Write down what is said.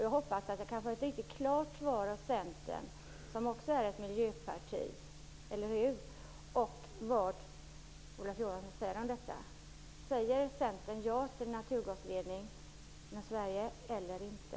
Jag hoppas att jag kan få ett riktigt klart svar av Centern, som också är ett miljöparti, eller hur? Vad säger Olof Johansson om detta? Säger Centern ja till naturgasledning genom Sverige eller inte?